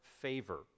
favor